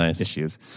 issues